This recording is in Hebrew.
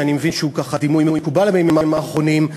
שאני מבין שהוא דימוי מקובל בימים האחרונים,